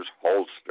holster